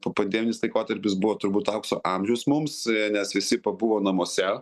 popandeminis laikotarpis buvo turbūt aukso amžius mums nes visi pabuvo namuose